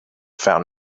found